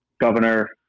Governor